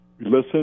listen